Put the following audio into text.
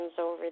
over